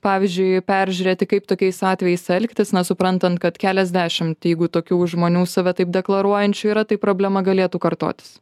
pavyzdžiui peržiūrėti kaip tokiais atvejais elgtis na suprantant kad keliasdešimt jeigu tokių žmonių save taip deklaruojančių yra tai problema galėtų kartotis